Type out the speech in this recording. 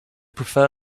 prefer